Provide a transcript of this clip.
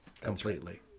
completely